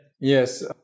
Yes